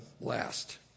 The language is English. last